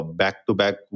back-to-back